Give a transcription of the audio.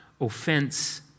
Offense